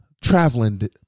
traveling